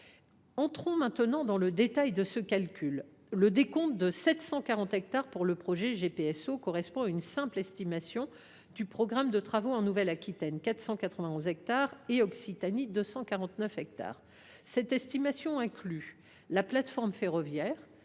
J’en viens au détail de ce calcul. Le décompte de 740 hectares pour le GPSO correspond à une simple estimation du programme de travaux en Nouvelle Aquitaine, pour 491 hectares, et en Occitanie, pour 249 hectares. Cette estimation inclut la plateforme ferroviaire,